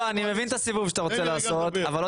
אני מבין את הסיבוב שאתה רוצה לעשות אבל לא